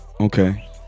Okay